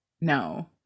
no